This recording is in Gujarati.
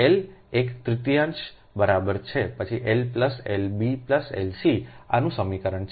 એલ એક તૃતીયાંશ બરાબર છે પછી L plus L b plus L c આનું સમીકરણ